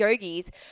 Yogis